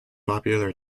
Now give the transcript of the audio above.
popular